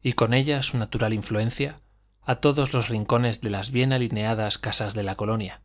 y con ella su natural influencia a todos los rincones de las bien alineadas casas de la colonia